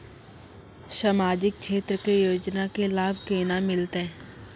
समाजिक क्षेत्र के योजना के लाभ केना मिलतै?